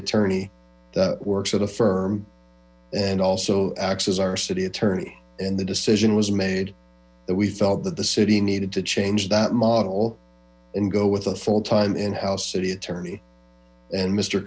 attorney that works at a firm and also acts as our city attorney and the decision was made that we felt that the city needed to change that model and go with a full time in house city attorney and m